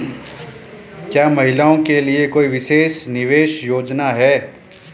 क्या महिलाओं के लिए कोई विशेष निवेश योजना है?